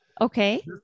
Okay